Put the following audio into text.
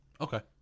Okay